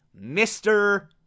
Mr